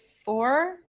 four